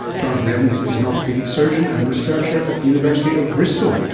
jonathan evans is an orthopaedic surgeon and researcher at the university of bristol.